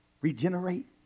regenerate